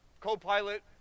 co-pilot